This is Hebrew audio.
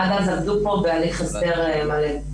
עד אז עבדו כאן בהליך הסדר מלא.